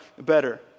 better